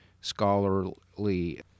scholarly